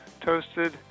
toasted